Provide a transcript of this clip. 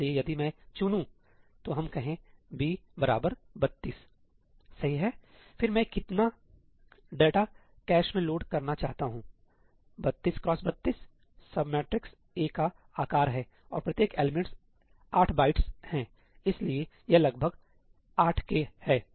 इसलिए यदि मैं चुनूं तो हम कहें 'b 32 सही हैफिर मैं कितना डेटा कैश में लोड करना चाहता हूं 32 x 32 सब मैट्रिक्स A का आकार है और प्रत्येक एलिमेंट्स 8 बाइट्स है इसलिए यह लगभग 8K है